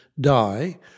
die